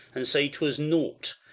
and say twas naught,